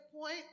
point